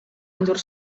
endur